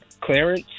clearance